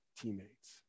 teammates